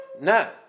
No